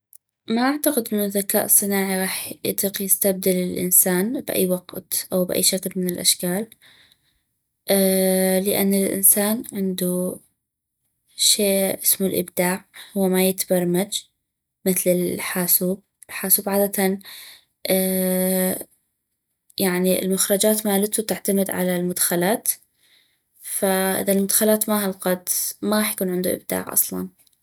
ما اعتقد انو الذكاء الصناعي غاح يطيق يستبدل الانسان باي وقت او باي شكل من الاشكال لان الانسان عندو شي اسمو الابداع نو ما يتبرمج مثل الحاسوب حاسوب عادةً يعني المخرجات مالتو تعتمد على المدخلات فاذا المدخلات ما هلقد ما غاح يكون عندو ابداع اصلا